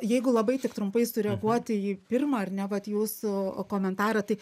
jeigu labai trumpai sureaguoti į pirmą ar ne vat jūsų komentarą tai